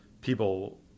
people